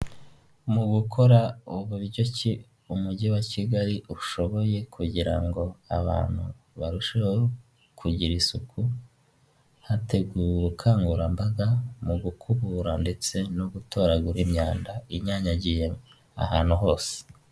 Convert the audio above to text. Mu gukora buryo ki umujyi wa Kigali ushoboye kugirango abantu barusheho kugira isuku, hateguwe ubukangurambaga mu gukubura ndetse no gutoragura imyanda inyanyagiye ahantu hose.